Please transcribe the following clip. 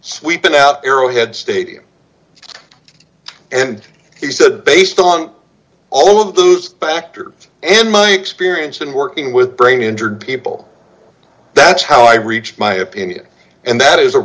sweeping out arrowhead stadium and he said based on all of those factors in my experience in working with brain injured people that's how i reach my opinion and that is a